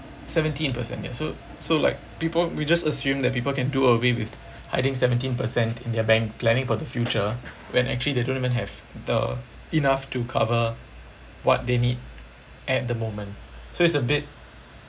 seventeen percent yah so so like people we just assume that people can do away with hiding seventeen percent in their bank planning for the future when actually they don't even have the enough to cover what they need at the moment so it's a bit